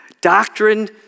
doctrine